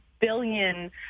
billion